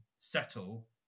settle